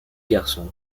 garçon